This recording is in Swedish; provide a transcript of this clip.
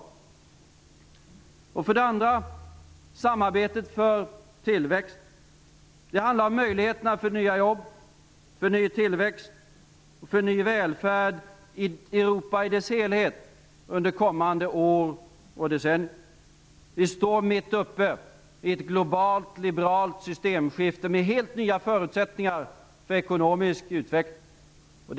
För det andra gäller det samarbetet för tillväxten. Det handlar om möjligheterna för nya jobb, för ny tillväxt och för ny välfärd i i Europa i dess helhet under kommande år och decennier. Vi står mitt uppe i ett globalt liberalt systemskifte med helt nya förutsättningar för ekonomisk utveckling.